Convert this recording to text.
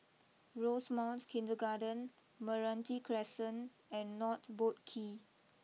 Rosemount Kindergarten Meranti Crescent and North Boat Quay